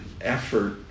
effort